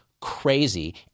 crazy